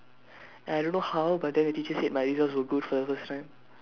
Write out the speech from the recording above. and I don't how but then the teacher said my results were good for the first time